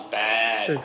bad